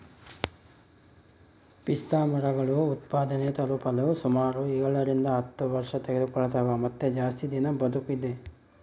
ಪಿಸ್ತಾಮರಗಳು ಉತ್ಪಾದನೆ ತಲುಪಲು ಸುಮಾರು ಏಳರಿಂದ ಹತ್ತು ವರ್ಷತೆಗೆದುಕೊಳ್ತವ ಮತ್ತೆ ಜಾಸ್ತಿ ದಿನ ಬದುಕಿದೆ